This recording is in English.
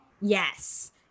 yes